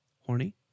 Horny